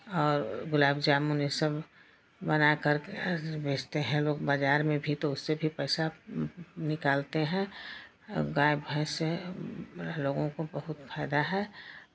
और गुलाब जामुन ये सब बना कर बेचते हैं लोग बाज़ार में भी तो उससे भी पैसा निकालते हैं गाय भैंस से लोगों को बहुत फायदा है